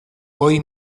goi